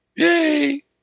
Yay